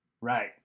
Right